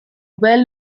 well